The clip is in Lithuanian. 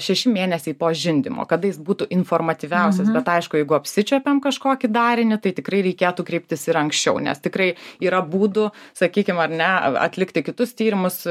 šeši mėnesiai po žindymo kada jis būtų informatyviausias bet aišku jeigu apsičiuopėm kažkokį darinį tai tikrai reikėtų kreiptis ir anksčiau nes tikrai yra būdų sakykim ar ne atlikti kitus tyrimus